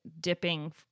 dipping